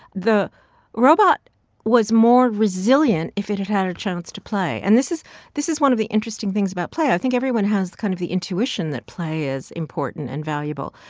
the robot was more resilient if it had had a chance to play and this is this is one of the interesting things about play. i think everyone has kind of the intuition that play is important and valuable.